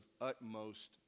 utmost